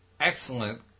excellent